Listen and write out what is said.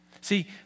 See